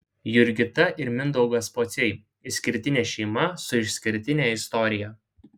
jurgita ir mindaugas pociai išskirtinė šeima su išskirtine istorija